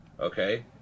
okay